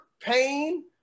pain